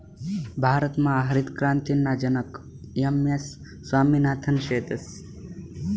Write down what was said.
भारतमा हरितक्रांतीना जनक एम.एस स्वामिनाथन शेतस